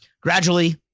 gradually